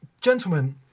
Gentlemen